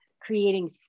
creating